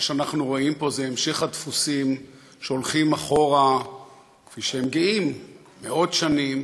מה שאנחנו רואים פה זה המשך הדפוסים שהולכים אחורה ושמגיעים לעוד שנים